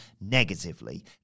negatively